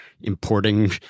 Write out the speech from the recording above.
importing